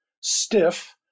stiff